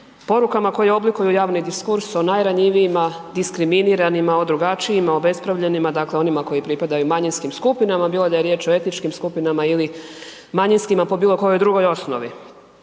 porukama koje oblikuju javni diskurs o najranjivijima, diskriminiranima, o drugačijima, obespravljenima, dakle onima koji pripadaju manjinskim skupinama bilo da je riječ o etničkim skupinama ili manjinskima po bilokojoj drugoj osnovi.